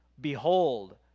Behold